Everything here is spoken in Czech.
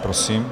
Prosím.